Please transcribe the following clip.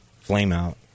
flame-out